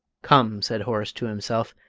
come, said horace to himself,